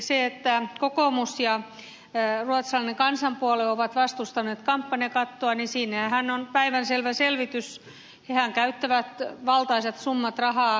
sille että kokoomus ja ruotsalainen kansanpuolue ovat vastustaneet kampanjakattoa on päivänselvä selitys hehän käyttävät valtaisat summat rahaa